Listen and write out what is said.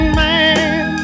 man